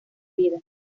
vida